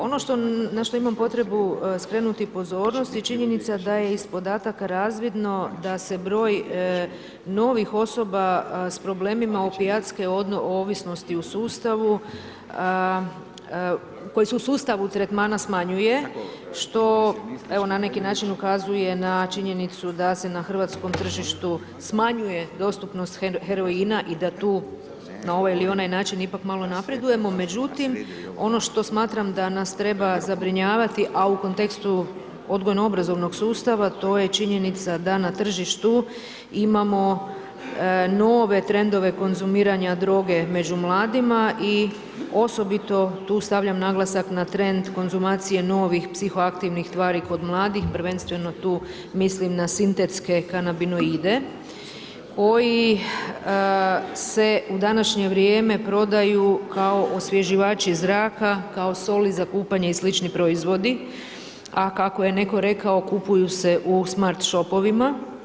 Ono na što imam potrebu skrenuti pozornost je činjenica je iz podataka razvidno da se broj novih osoba sa problemima opijatske ovisnosti koji su u sustavu tretmana smanjuje što evo na neki način ukazuje na činjenicu da se na hrvatskom tržištu smanjuje dostupnost heroina i da tu na ovaj ili onaj način ipak malo napredujemo, međutim ono što smatram da nas treba zabrinjavati a u kontekstu odgojno-obrazovnog sustava, to je činjenica da na tržištu imamo nove trendove konzumiranja droge među mladima i osobito tu stavljam naglasak na trend konzumacije novih psihoaktivnih tvari kod mladih, prvenstveno tu mislim na sintetske kanabinoide koji se u današnje vrijeme prodaju kao osvježivači zraka, kao soli za kupanje i slični proizvodi, a kako je netko rekao, kupuju se u smart shopovima.